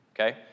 okay